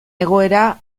egoera